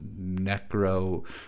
Necro